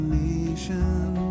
nation